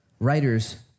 Writers